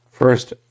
First